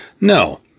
No